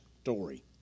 story